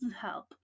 help